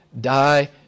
die